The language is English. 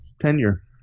tenure